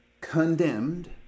condemned